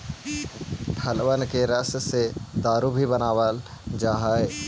फलबन के रस से दारू भी बनाबल जा हई